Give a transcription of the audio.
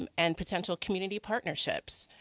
um and potential community partnerships,